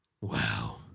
Wow